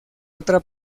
otra